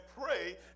pray